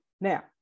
Now